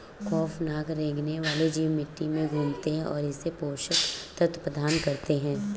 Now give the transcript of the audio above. खौफनाक रेंगने वाले जीव मिट्टी में घूमते है और इसे पोषक तत्व प्रदान करते है